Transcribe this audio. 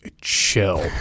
Chill